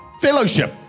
Fellowship